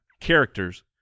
characters